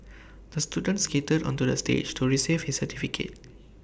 the student skated onto the stage to receive his certificate